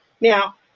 Now